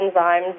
enzymes